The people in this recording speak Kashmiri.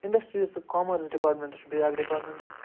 اِنٛڈسٹریٖز تہٕ کامٲرٕس ڈِپارٹمٮ۪نٛٹ چھُ بیٚیہِ اکھ ڈِپارٹمٮ۪نٹا